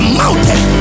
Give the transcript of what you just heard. mountain